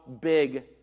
big